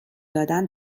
دادن